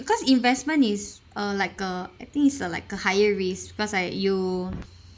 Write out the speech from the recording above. because investment is uh like a I think is uh like a higher risk because like you